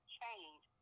change